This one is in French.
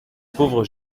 pauvre